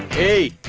a